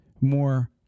more